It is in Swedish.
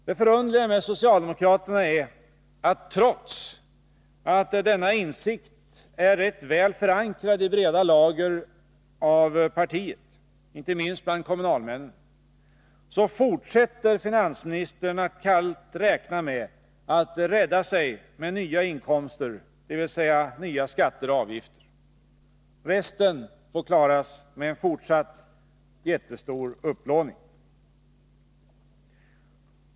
Det förunderliga med socialdemokraterna är att trots att denna insikt är rätt väl förankrad i breda lager av partiet, inte minst bland kommunalmännen, så fortsätter finansministern att kallt räkna med att rädda sig med nya inkomster, dvs. nya skatter och avgifter. Resten får klaras med en fortsatt jättestor upplåning.